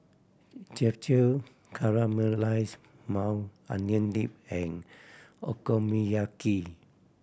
Japchae Caramelize Maui Onion Dip and Okonomiyaki